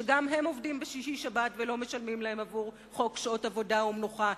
שגם הם עובדים בשישי-שבת ולא משלמים להם לפי חוק שעות עבודה ומנוחה,